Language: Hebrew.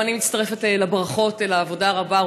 גם אני מצטרפת לברכות על העבודה הרבה,